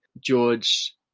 George